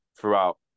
throughout